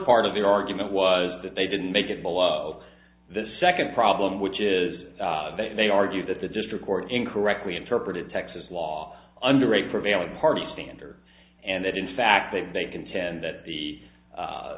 part of the argument was that they didn't make it below the second problem which is that they argue that the district court in correctly interpreted texas law under a prevailing party standard and that in fact that they contend that the